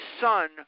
son